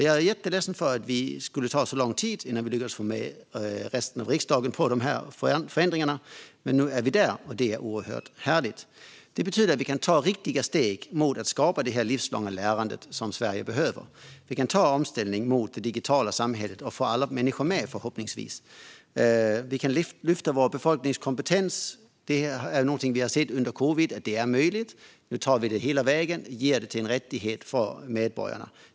Jag är jätteledsen för att det tog så lång tid innan vi lyckades få med resten av riksdagen på dessa förändringar, men nu är vi där, och det är oerhört härligt. Detta betyder att vi kan ta riktiga steg mot att skapa det livslånga lärandet, som Sverige behöver. Vi kan göra omställningen till det digitala samhället och förhoppningsvis få med alla människor. Vi kan lyfta vår befolknings kompetens. Under covidpandemin har vi sett att det är möjligt. Nu tar vi det hela vägen och gör det till en rättighet för medborgarna.